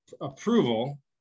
approval